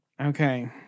Okay